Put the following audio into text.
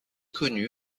connue